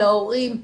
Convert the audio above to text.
להורים.